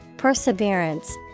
Perseverance